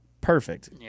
perfect